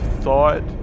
thought